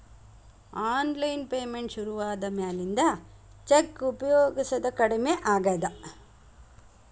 online payment ಶುರುವಾದ ಮ್ಯಾಲಿಂದ cheque ಉಪಯೊಗಸೋದ ಕಡಮಿ ಆಗೇದ